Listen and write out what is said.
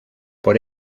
por